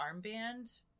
armband